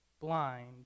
blind